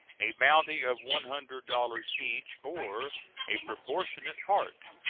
a bounty of one hundred dollars each, or a proportionate part,